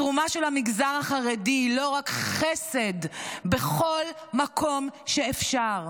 התרומה של המגזר החרדי היא לא רק חסד בכל מקום שאפשר,